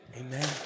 Amen